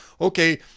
okay